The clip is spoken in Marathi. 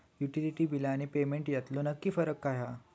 युटिलिटी बिला आणि पेमेंट यातलो नक्की फरक काय हा?